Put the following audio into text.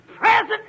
Present